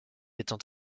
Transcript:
étant